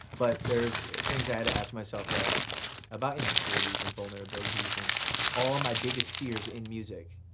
but there's things i had to ask myself like about insecurities and vulnerabilities and all my biggest fears in music.